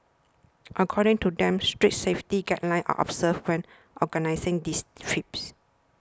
according to them strict safety guidelines are observed when organising these trips